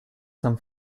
some